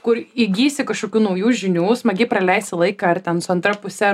kur įgysi kažkokių naujų žinių smagiai praleisi laiką ar ten su antra puse